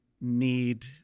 need